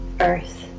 Earth